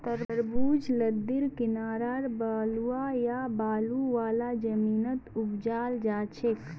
तरबूज लद्दीर किनारअ बलुवा या बालू वाला जमीनत उपजाल जाछेक